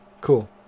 cool